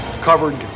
covered